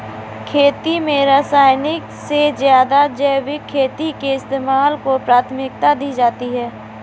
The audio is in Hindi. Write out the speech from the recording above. खेती में रासायनिक से ज़्यादा जैविक खेती के इस्तेमाल को प्राथमिकता दी जाती है